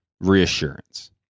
reassurance